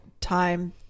time